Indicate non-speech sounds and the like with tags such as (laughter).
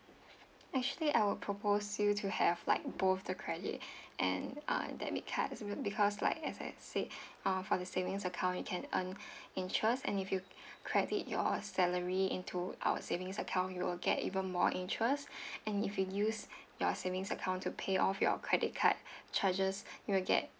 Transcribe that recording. actually I would propose you to have like both the credit (breath) and uh debit cards be~ because like as I said uh for the savings account you can earn (breath) interest and if you credit your salary into our savings account you will get even more interest (breath) and if you use your savings account to pay off your credit card charges you will get